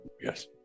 yes